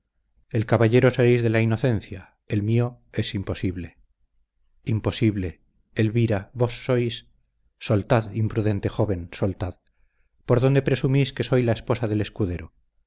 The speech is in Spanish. el caballero seréis de la inocencia el mío es imposible imposible elvira vos sois soltad imprudente joven soltad por dónde presumís que soy la esposa del escudero